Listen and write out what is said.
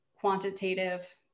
Quantitative